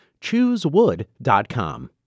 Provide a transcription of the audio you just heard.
Choosewood.com